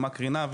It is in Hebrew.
ומה קרינה,